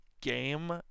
game